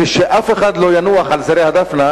שאף אחד לא ינוח על זרי הדפנה,